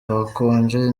hakonje